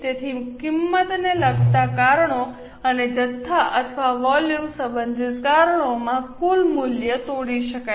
તેથી કિંમતને લગતા કારણો અને જથ્થા અથવા વોલ્યુમ સંબંધિત કારણોમાં કુલ મૂલ્ય તોડી શકાય છે